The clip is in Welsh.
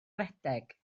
redeg